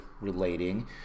relating